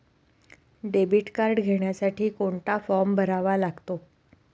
Debit card घेण्यासाठी कोणता form भरावा लागतो?